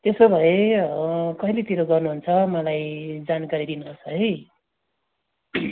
त्यसो भए हजुर कहिलेतिर गर्नु हुन्छ मलाई जानकारी दिनु होस् है